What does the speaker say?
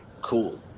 Cool